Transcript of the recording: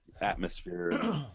atmosphere